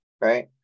right